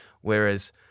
Whereas –